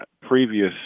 previous